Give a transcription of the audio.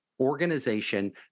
organization